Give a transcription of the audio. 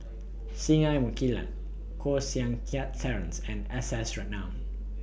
Singai Mukilan Koh Seng Kiat Terence and S S Ratnam